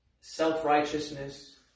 self-righteousness